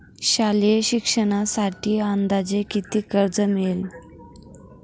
शालेय शिक्षणासाठी अंदाजे किती कर्ज मिळेल?